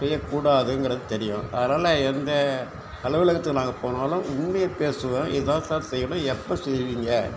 செய்யக்கூடாதுங்கறது தெரியும் அதனால் எந்த அலுவலகத்துல நாங்க போனாலும் உண்மைய பேசுவோம் இதா சார் செய்யணும் எப்போ செய்வீங்கள்